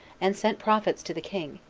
and sent prophets to the king,